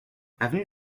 avenue